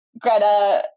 Greta